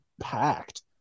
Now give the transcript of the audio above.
packed